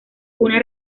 una